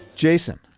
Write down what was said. Jason